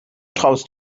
traust